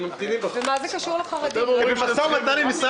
בקשה מס'